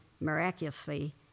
Miraculously